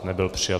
Nebyl přijat.